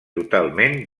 totalment